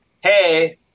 hey